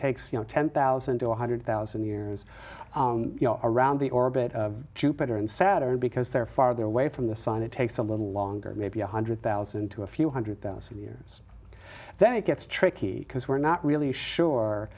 takes you know ten thousand to one hundred thousand years around the orbit of jupiter and saturn because they're farther away from the sun it takes a little longer maybe one hundred thousand to a few hundred thousand years then it gets tricky because we're not really sure